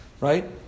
right